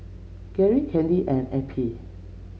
Gerry Candy and Eppie